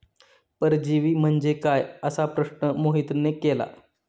परजीवी म्हणजे काय? असा प्रश्न मोहितने केला